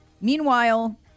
Meanwhile